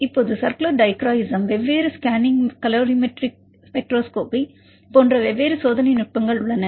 இப்போது circular dichroism வெவ்வேறு scanning calorimetric spectroscopy போன்ற வெவ்வேறு சோதனை நுட்பங்கள் உள்ளன